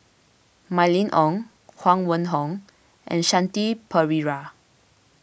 Mylene Ong Huang Wenhong and Shanti Pereira